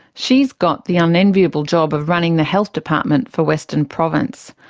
she has got the unenviable job of running the health department for western province.